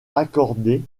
accordées